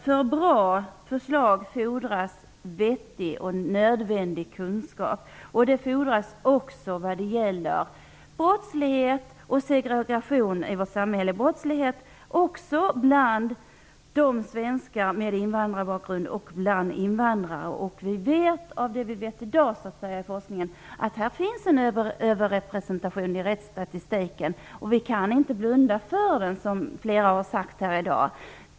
För bra förslag fordras kunskap. Kunskap fordras också när det gäller frågor som rör brottslighet och segregation i samhället, såväl bland svenskar med invandrarbakgrund som bland invandrare. I dag vet vi att dessa grupper är överrepresenterade i rättsstatistiken. Vi kan inte blunda för detta.